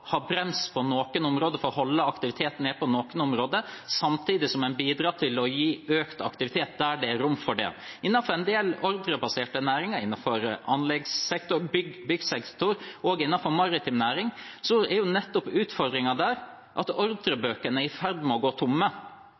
ha brems på noen områder – for å holde aktiviteten nede på noen områder – samtidig som en bidrar til å gi økt aktivitet der det er rom for det. Innenfor en del ordrebaserte næringer, i anleggssektoren, byggsektoren og i maritim næring, er jo nettopp utfordringen at ordrebøkene er i ferd med å gå tomme,